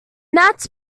that